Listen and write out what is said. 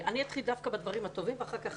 אני אתחיל דווקא בדברים הטובים ואחר כך